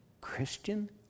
Christian